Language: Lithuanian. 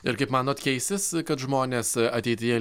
ir kaip manot keisis kad žmonės ateityje